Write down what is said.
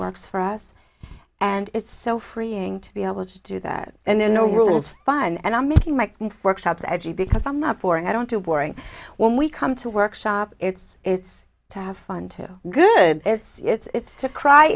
works for us and it's so freeing to be able to do that and there are no rules fun and i'm making my workshops edgy because i'm not boring i don't do boring when we come to workshop it's it's to have fun too good it's to cry it's to